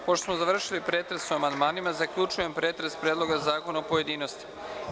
Pošto smo završili pretres o amandmanima, zaključujem pretres Predloga zakona, u pojedinostima.